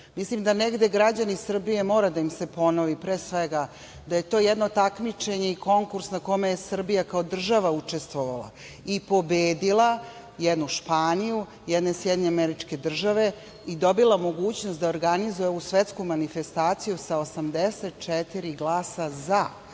EKSPO? Mislim da građanima Srbije mora da se ponovi, pre svega, da je to jedno takmičenje i konkurs na kome je Srbija kao država učestvovala i pobedila jednu Španiju, jedne SAD i dobila mogućnost da organizuje ovu svetsku manifestaciju sa 84 glasa za.